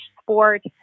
sport